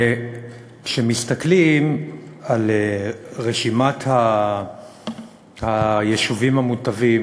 וכשמסתכלים על רשימת היישובים המוטבים,